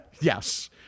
yes